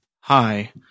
hi